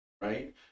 Right